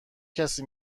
کسی